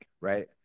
right